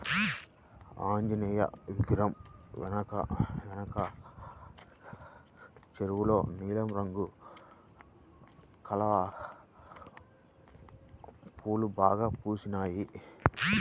ఆంజనేయ విగ్రహం వెనకున్న చెరువులో నీలం రంగు కలువ పూలు బాగా పూసినియ్